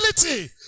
ability